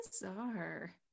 bizarre